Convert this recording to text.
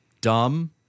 dumb